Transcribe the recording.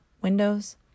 windows